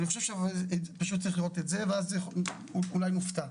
אני חושב שפשוט צריך לראות את זה ואז אולי נופתע.